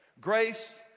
Grace